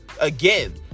again